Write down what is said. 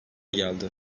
geldi